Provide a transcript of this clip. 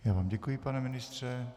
Já vám děkuji, pane ministře.